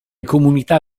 comunità